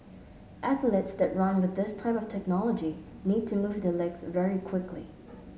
athletes that run with this type of technology need to move their legs very quickly